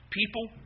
people